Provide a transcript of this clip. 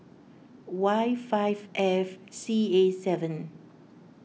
Y five F C A seven